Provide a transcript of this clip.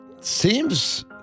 Seems